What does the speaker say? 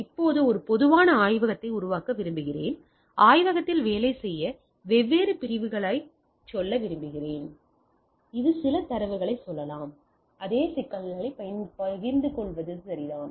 இப்போது ஒரு பொதுவான ஆய்வகத்தை உருவாக்க விரும்புகிறேன் ஆய்வகத்தில் வேலை செய்ய வெவ்வேறு பிரிவுகளாகச் சொல்ல விரும்புகிறேன் இது சில தரவுகளைச் சொல்லலாம் அதே சிக்கலைப் பகிர்ந்துகொள்வது சரிதான்